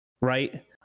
right